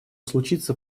случится